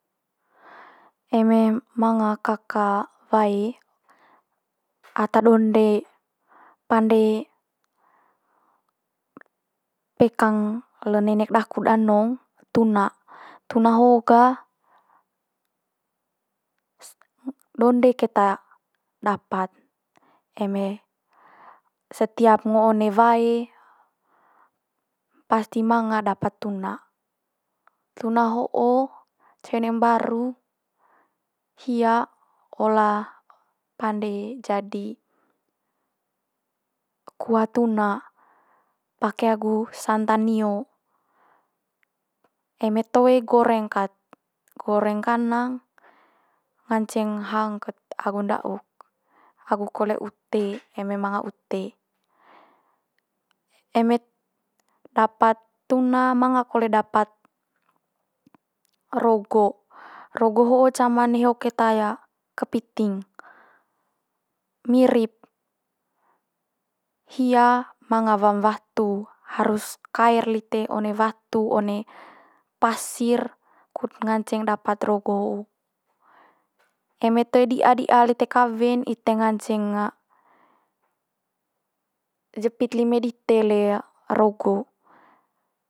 Eme manga kaka wae ata donde pande pekang le nenek daku danong tuna. Tuna ho'o gah donde keta dapat eme setiap ngo one wae pasti manga dapat tuna. Tuna ho'o cai one mbaru hia olah pande jadi kuah tuna, pake agu santan nio eme toe goreng kat, goreng kanang nganceng hang kat agu nda'uk agu kole ute eme manga ute. Eme dapat tuna manga kole dapat rogo. Rogo ho'o cama neho keta kepiting, mirip. Hia manga wa mai watu harus kaer lite one watu one pasir kut nganceng dapat rogo ho'o. Eme toe di'a di'a lite kawe'n ite nganceng jepit lime dite le rogo.